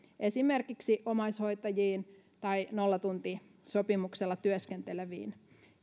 esimerkiksi omaishoitajat tai nollatuntisopimuksella työskentelevät